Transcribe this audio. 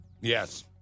Yes